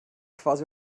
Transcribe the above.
quasi